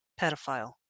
pedophile